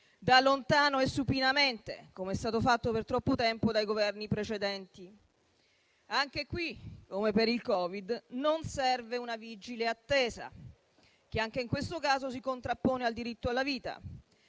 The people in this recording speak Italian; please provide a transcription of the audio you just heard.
da lontano e supinamente, come è stato fatto per troppo tempo dai Governi precedenti. Anche qui, come per il Covid, non serve una vigile attesa che anche in questo caso si contrappone al diritto alla vita.